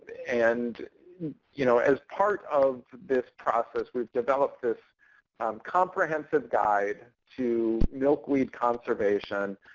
and you know as part of this process, we've developed this comprehensive guide to milkweed conservation.